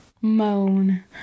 Moan